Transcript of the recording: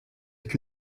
avec